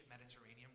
mediterranean